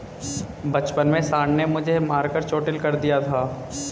बचपन में सांड ने मुझे मारकर चोटील कर दिया था